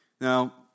Now